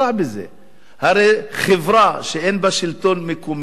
הרי חברה שאין בה שלטון מקומי יציב,